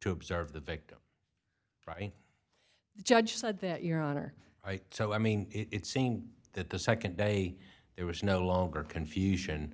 to observe the victim right the judge said that your honor so i mean it seemed that the nd day there was no longer confusion